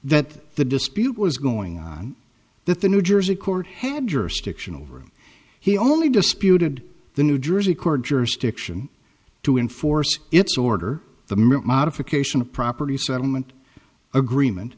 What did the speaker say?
that the dispute was going on that the new jersey court had jurisdiction over him he only disputed the new jersey court jurisdiction to enforce its order the mint modification of property settlement agreement